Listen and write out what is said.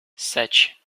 sete